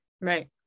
Right